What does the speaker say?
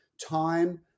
time